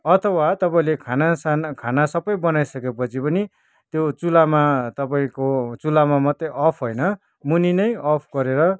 अथवा तपाईँले खाना साना खाना सबै बनाइसकेपछि पनि त्यो चुल्हामा तपाईँको चुल्हामा मात्रै अफ होइन मुनि नै अफ गरेर